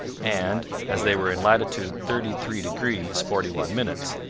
and, as they were in latitude thirty three degrees forty one minutes,